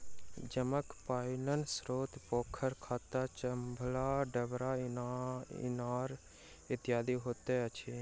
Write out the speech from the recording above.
जमल पाइनक स्रोत पोखैर, खत्ता, चभच्चा, डबरा, इनार इत्यादि होइत अछि